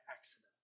accident